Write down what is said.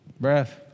Breath